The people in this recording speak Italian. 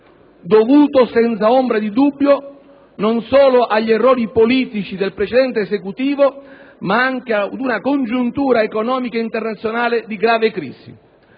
dovuto senza ombra di dubbio non solo agli errori politici del precedente Esecutivo, ma anche ad una congiuntura economica internazionale di grave crisi.